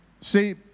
See